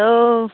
অঁ